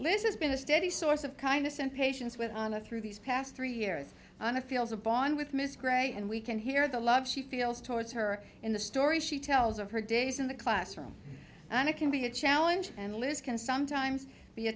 liz has been a steady source of kindness and patience with through these past three years on a feels a bond with miss gray and we can hear the love she feels towards her in the story she tells of her days in the classroom and it can be a challenge and liz can sometimes be a